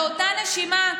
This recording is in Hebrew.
באותה נשימה,